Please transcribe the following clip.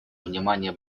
внимание